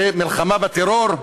זה מלחמה בטרור?